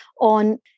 on